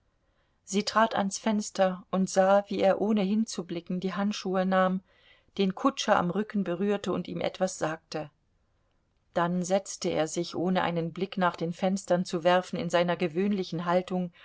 sie trat ans fenster und sah wie er ohne hinzublicken die handschuhe nahm den kutscher am rücken berührte und ihm etwas sagte dann setzte er sich ohne einen blick nach den fenstern zu werfen in seiner gewöhnlichen haltung